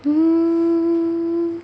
mm